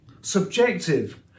subjective